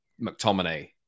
McTominay